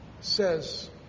says